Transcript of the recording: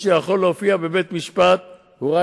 נדמה לי שחבר הכנסת דב חנין כתב על זה רק לפני